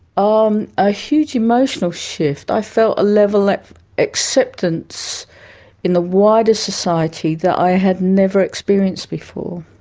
um a huge emotional shift, i felt a level of acceptance in the wider society that i had never experienced before.